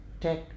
take